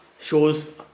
shows